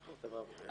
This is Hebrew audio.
איך נקרא לזה?